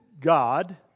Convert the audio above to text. God